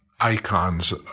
icons